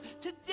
Today